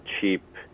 cheap